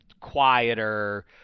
quieter